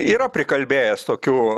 yra prikalbėjęs tokių